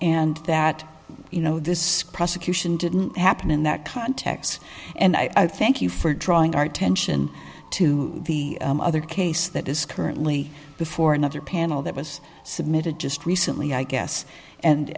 and that you know this prosecution didn't happen in that context and i thank you for drawing our attention to the other case that is currently before another panel that was submitted just recently i guess